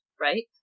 right